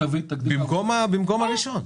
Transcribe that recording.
במקום הראשון.